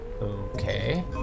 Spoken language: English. Okay